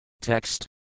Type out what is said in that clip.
Text